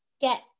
get